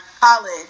college